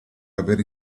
avere